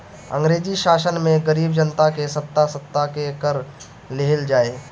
अंग्रेजी शासन में गरीब जनता के सता सता के कर लिहल जाए